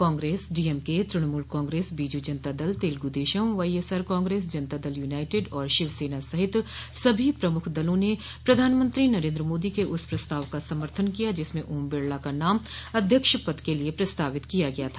Congress DMK Trinamool Congress Biju Janata Dal Telugu Desam YSR Congress Janata Dal United और शिवसेना सहित सभी प्रमुख दलों ने प्रधानमंत्री नरेन्द्र मोदी के उस प्रस्ताव का समर्थन किया जिसमें ओम बिड़ला का नाम अध्यक्ष पद के लिए प्रस्तावित किया गया था